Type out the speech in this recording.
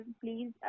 please